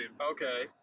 okay